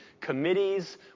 committees